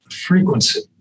frequency